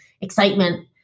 excitement